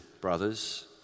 brothers